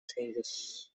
changes